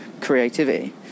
creativity